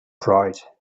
pride